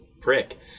prick